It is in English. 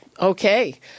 Okay